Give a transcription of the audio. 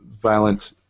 violent